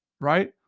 Right